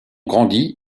grandi